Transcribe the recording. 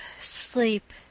sleep